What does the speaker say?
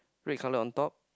red colour on top